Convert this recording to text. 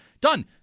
done